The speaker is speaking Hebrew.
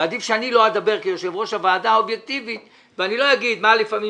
ועדיף שאני לא אדבר כיושב-ראש הוועדה האובייקטיבי ואני לא אגיד מה לפעמים